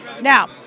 now